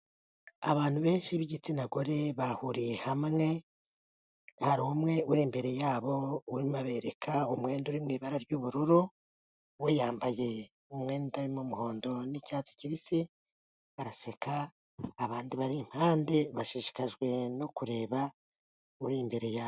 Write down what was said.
Abantu benshi b'igitsina gore bahuriye hamwe, hari umwe uri imbere yabo urimo abereka umwenda uri mu ibara ry'ubururu, we yambaye umwenda urimo umuhondo n'icyatsi kibisi, baraseka, abandi bari impande bashishikajwe no kureba uri imbere yabo.